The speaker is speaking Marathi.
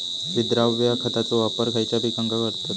विद्राव्य खताचो वापर खयच्या पिकांका करतत?